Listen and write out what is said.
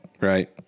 Right